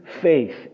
faith